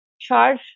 charge